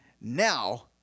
now